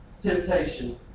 temptation